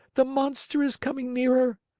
the monster is coming nearer!